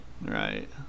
Right